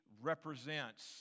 represents